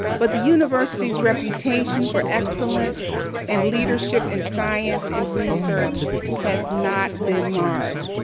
but the university's reputation for excellence and leadership in science and research has not been marred.